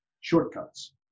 shortcuts